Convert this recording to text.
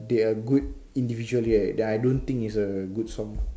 they're good individually right then I don't think is a good song